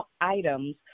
items